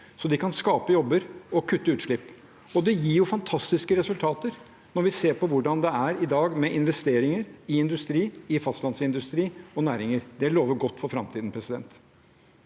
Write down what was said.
så de kan skape jobber og kutte utslipp. Det gir fantastiske resultater. Når vi ser på hvordan det er i dag, med investeringer i industri, fastlandsindustri og næringer, lover det godt for framtiden. Erna